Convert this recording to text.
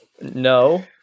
no